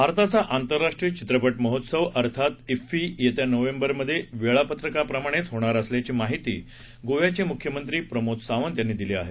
भारताचा आंतरराष्ट्रीय चित्रपट महोत्सव अर्थात ईफ्फी येत्या नोव्हेबर मध्ये वेळापत्रकाप्रमाणे होणार असल्याची माहिती गोव्याचे मुख्यमंत्री प्रमोद सावंत यांनी दिली आहे